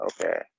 okay